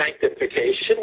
sanctification